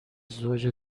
زوج